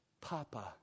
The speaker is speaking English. Papa